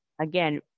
again